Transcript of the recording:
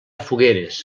fogueres